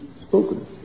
spoken